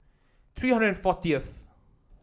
three hundred and fortieth